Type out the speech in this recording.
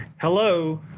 Hello